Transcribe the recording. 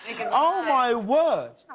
and oh pie word.